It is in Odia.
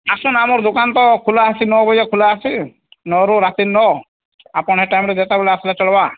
ଆସୁନ ଆମର ଦୋକାନ ତ ଖୋଲା ଅଛି ନଅ ବଜେ ଖୋଲା ଅଛି ନଅରୁ ରାତି ନଅ ଆପଣ ଏ ଟାଇମ୍ରେ ଯେତେବେଳେ ଆସିଲେ ଚଲିବା